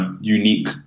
unique